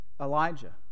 Elijah